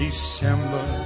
December